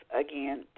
again